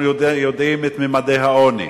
אנחנו יודעים את ממדי העוני,